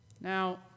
Now